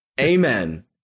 Amen